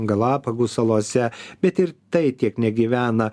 galapagų salose bet ir tai tiek negyvena